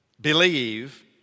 believe